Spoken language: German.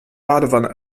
badewanne